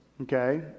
okay